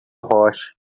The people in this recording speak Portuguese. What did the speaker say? rocha